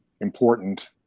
important